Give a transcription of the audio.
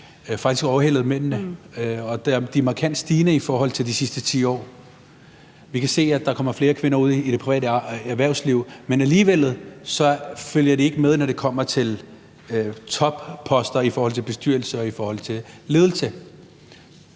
er markant stigende i forhold til de sidste 10 år. Vi kan se, at der kommer flere kvinder ud i det private erhvervsliv, men alligevel følger de ikke med, når det kommer til topposter i bestyrelser og i ledelse.